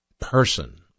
person